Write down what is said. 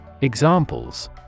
Examples